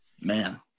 man